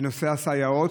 בנושא הסייעות.